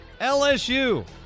LSU